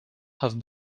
have